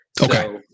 Okay